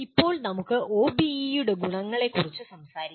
ഇപ്പോൾ നമുക്ക് ഒബിഇ യുടെ ഗുണങ്ങളെക്കുറിച്ച് സംസാരിക്കാം